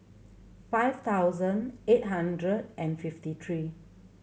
five thousand eight hundred and fifty three